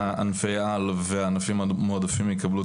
מגיעה